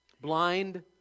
blind